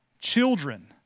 children